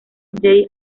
jay